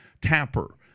Tapper